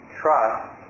trust